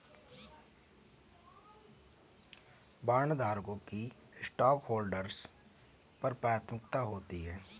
बॉन्डधारकों की स्टॉकहोल्डर्स पर प्राथमिकता होती है